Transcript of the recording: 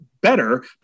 better